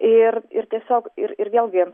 ir ir tiesiog ir ir vėlgi